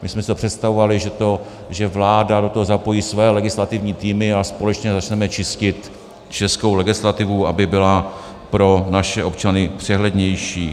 My jsme si to představovali, že vláda do toho zapojí své legislativní týmy a společně začneme čistit českou legislativu, aby byla pro naše občany přehlednější.